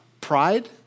Pride